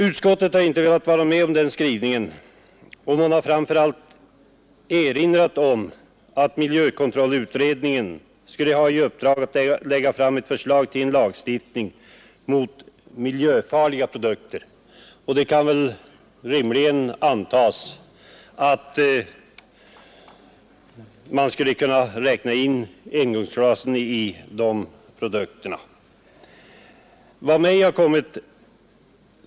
Utskottet har inte velat vara med om detta och erinrat om att miljökontrollutredningen har i uppdrag att lägga fram förslag till lagstiftning mot miljöfarliga produkter och att det rimligen kan antas att engångsglasen räknas in bland dessa.